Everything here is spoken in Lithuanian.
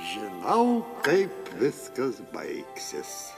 žinau kaip viskas baigsis